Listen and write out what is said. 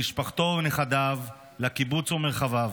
למשפחתו ולנכדיו, לקיבוץ ולמרחביו.